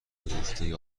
بگفته